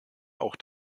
auch